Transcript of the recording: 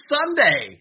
Sunday